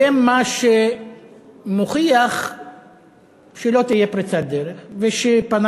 זה מה שמוכיח שלא תהיה פריצת דרך ושפניו